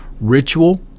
Ritual